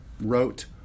wrote